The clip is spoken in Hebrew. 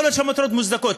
יכול להיות שהמטרות מוצדקות.